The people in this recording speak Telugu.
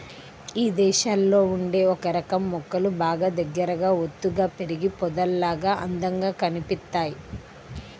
ఇదేశాల్లో ఉండే ఒకరకం మొక్కలు బాగా దగ్గరగా ఒత్తుగా పెరిగి పొదల్లాగా అందంగా కనిపిత్తయ్